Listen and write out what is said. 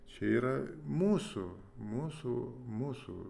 čia yra mūsų mūsų mūsų